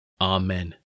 Amen